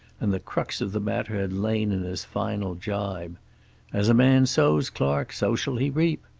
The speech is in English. and the crux of the matter had lain in his final gibe as a man sows, clark, so shall he reap.